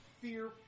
Fear